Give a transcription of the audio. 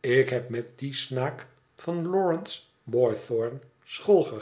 ik heb met dien snaak met lawrence boythorn school